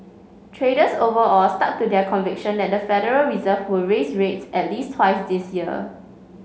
traders overall stuck to their conviction that the Federal Reserve who raise rates at least twice this year